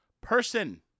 person